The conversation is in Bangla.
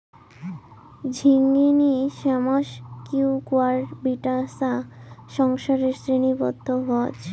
ঝিঙ্গিনী শ্যামাস কিউকুয়াবিটাশা সংসারের শ্রেণীবদ্ধ গছ